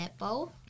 netball